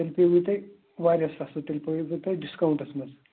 تیٚلہِ پٮ۪وٕ تۄہہِ واریاہ سَستہٕ تیٚلہِ پٮ۪وٕ تۄہہِ ڈِسکاوُنٛٹَس منٛز